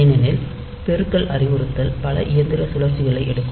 ஏனெனில் பெருக்கல் அறிவுறுத்தல் பல இயந்திர சுழற்சிகளை எடுக்கும்